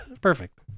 Perfect